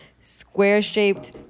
square-shaped